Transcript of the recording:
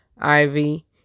Ivy